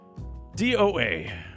DOA